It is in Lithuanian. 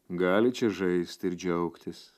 galit čia žaisti ir džiaugtis